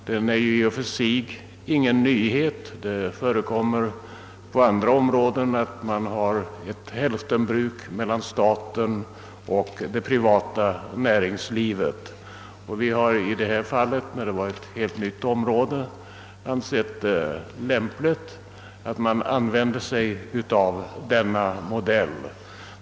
Den är ju inte i och för sig någon nyhet; det förekommer på andra områden ett hälftenbruk mellan staten och det privata näringslivet. Vi har i detta fall då det gällt ett helt nytt område ansett det lämpligt att man använder sig av denna modell.